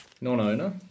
non-owner